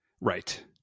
right